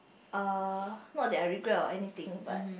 uh not there I regret or anything but